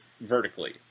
vertically